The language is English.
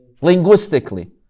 Linguistically